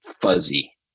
fuzzy